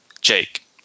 Jake